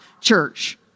church